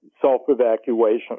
self-evacuation